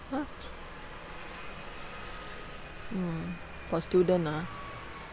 !huh! mm for student ah